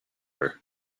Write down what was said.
her